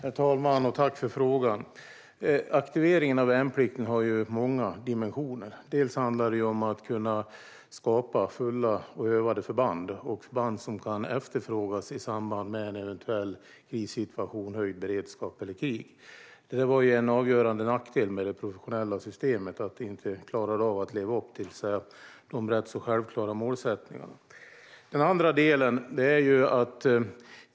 Herr talman! Jag tackar för frågan. Aktiveringen av värnplikten har många dimensioner. Dels handlar det om att kunna skapa fulltaliga och övade förband, dels handlar det om förband som kan efterfrågas i samband med en eventuell krissituation, höjd beredskap eller krig. En avgörande nackdel med det professionella systemet är att det inte lever upp till dessa rätt självklara målsättningar.